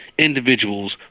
individuals